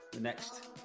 next